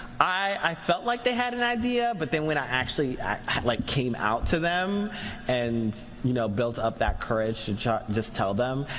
i felt like they had an idea. but then when i actually like came out to them and you know built up that courage to just tell them,